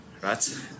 right